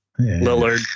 Lillard